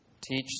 teach